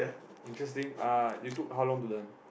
interesting uh you took how long to learn